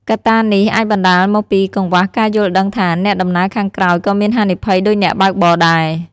កត្តានេះ អាចបណ្ដាលមកពីកង្វះការយល់ដឹងថា អ្នកដំណើរខាងក្រោយក៏មានហានិភ័យដូចអ្នកបើកបរដែរ។